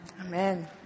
Amen